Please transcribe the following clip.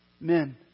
men